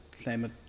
climate